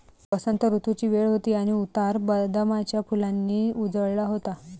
वसंत ऋतूची वेळ होती आणि उतार बदामाच्या फुलांनी उजळला होता